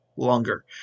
longer